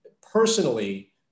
personally